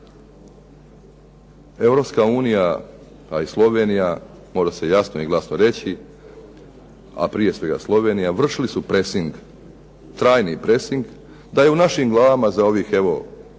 Europska unija, a i Slovenija može se jasno i glasno reći, a prije svega Slovenija vršili su presing, trajni presing da je u našim glavama za ovih evo